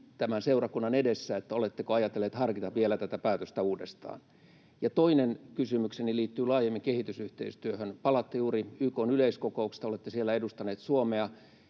tämän seurakunnan edessä: oletteko ajatellut harkita vielä tätä päätöstä uudestaan? Toinen kysymykseni liittyy laajemmin kehitysyhteistyöhön. Palaatte juuri YK:n yleiskokouksesta, ja olette siellä edustanut Suomea.